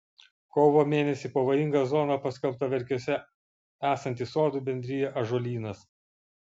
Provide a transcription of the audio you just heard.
kovo mėnesį pavojinga zona paskelbta verkiuose esanti sodų bendrija ąžuolynas